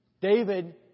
David